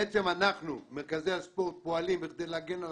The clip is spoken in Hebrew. בעצם אנחנו, מרכזי הספורט, פועלים כדי להגן על